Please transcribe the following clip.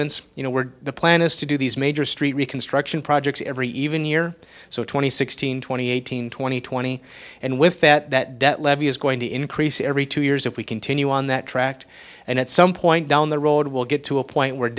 issuance you know we're the plan is to do these major street reconstruction projects every even year so twenty sixteen twenty eight hundred twenty twenty and with that debt levy is going to increase every two years if we continue on that tract and at some point down the road will get to a point where